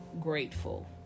grateful